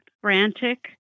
frantic